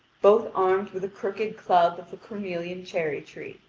both armed with a crooked club of a cornelian cherry-tree,